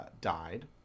died